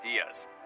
ideas